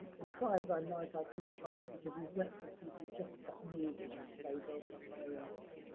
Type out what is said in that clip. and try as i might, i couldn't find it because these wretched people just kept moving in a very built up area.